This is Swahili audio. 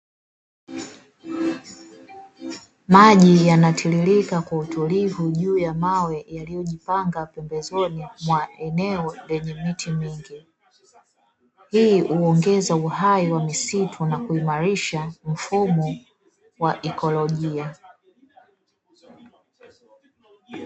Maji yanatiririka kwa utulivu juu ya mawe yaliyojipanga pembezoni mwa eneo lenye miti mingi, hii huongeza uhai wa misitu na kuimarisha mifumo wa ekolojia.